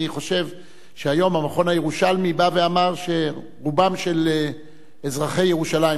אני חושב שהיום המכון הירושלמי בא ואמר שרובם של אזרחי ירושלים,